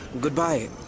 goodbye